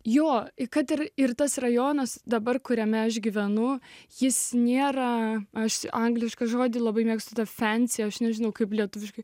jo kad ir ir tas rajonas dabar kuriame aš gyvenu jis nėra aš anglišką žodį labai mėgstu tą pensiją aš nežinau kaip lietuviški